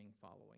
following